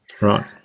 right